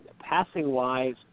Passing-wise